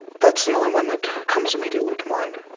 that's the only one that comes immediately to mind.